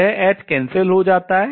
यह h cancel रद्द हो जाता है